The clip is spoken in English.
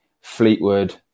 Fleetwood